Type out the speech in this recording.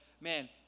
man